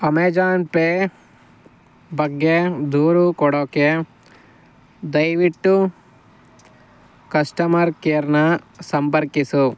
Amazon pay ಬಗ್ಗೆ ದೂರು ಕೊಡೋಕೆ ದಯವಿಟ್ಟು ಕಸ್ಟಮರ್ ಕೇರ್ನ ಸಂಪರ್ಕಿಸು